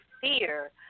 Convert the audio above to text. fear